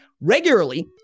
regularly